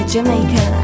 Jamaica